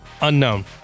unknown